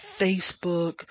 Facebook